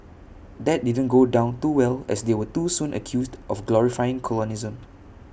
that didn't go down too well as they were too soon accused of glorifying colonialism